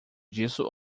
disso